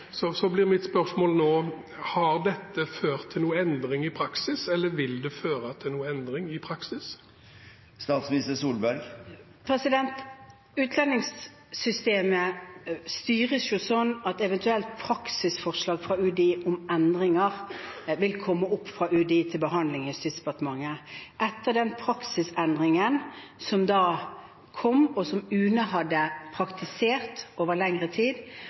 blir mitt spørsmål: Har dette ført til noen endring i praksis, eller vil det føre til noen endring i praksis? Utlendingssystemet styres jo sånn at eventuelt praksisforslag fra UDI om endringer vil komme fra UDI til behandling i Justisdepartementet. Etter den praksisendringen som kom, som UNE hadde praktisert over lengre tid,